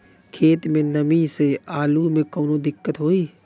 खेत मे नमी स आलू मे कऊनो दिक्कत होई?